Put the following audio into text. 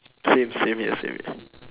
same same here same here